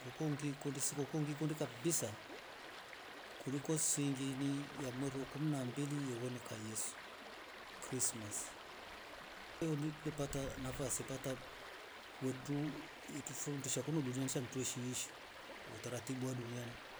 Kuliko ngiikundi sikuku ngiikundi kabisa kuliko sisiingi ya mweru wa 12 yewwnika yesu krisimasi yeningapata nafasi yetufundisha uku duniani utaribu wa duniani.